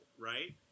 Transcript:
right